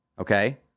Okay